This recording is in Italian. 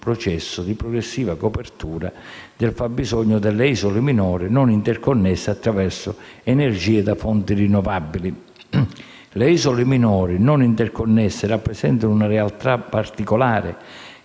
un processo di progressiva copertura del fabbisogno delle isole minori non interconnesse attraverso energia da fonti rinnovabili. Le isole minori non interconnesse rappresentano una realtà particolare,